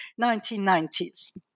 1990s